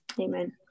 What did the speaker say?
Amen